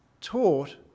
taught